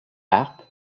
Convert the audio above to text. harpe